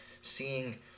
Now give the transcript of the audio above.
seeing